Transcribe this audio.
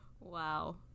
wow